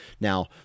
Now